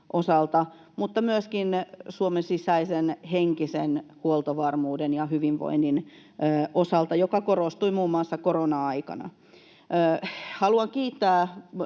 mutta myöskin Suomen sisäisen henkisen huoltovarmuuden ja hyvinvoinnin osalta, mikä korostui muun muassa korona-aikana. Haluan kiittää